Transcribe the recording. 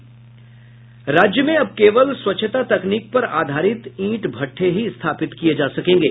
राज्य में अब केवल स्वच्छता तकनीक पर आधारित ईंट भट्ठे ही स्थापित किये जा सकेंगे